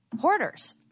Hoarders